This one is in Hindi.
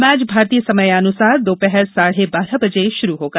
मैच भारतीय समयानुसार दोपहर साढ़े बारह बजे शुरू होगा